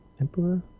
emperor